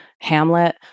hamlet